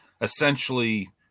essentially